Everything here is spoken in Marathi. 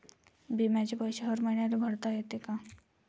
बिम्याचे पैसे हर मईन्याले भरता येते का?